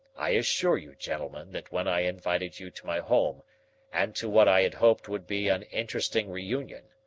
i assure you, gentlemen, that when i invited you to my home and to what i had hoped would be an interesting reunion,